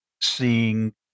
seeing